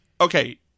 okay